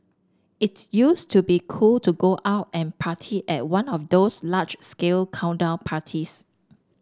its used to be cool to go out and party at one of those large scale countdown parties